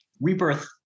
Rebirth